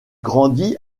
grandit